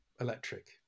Electric